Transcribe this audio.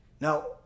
Now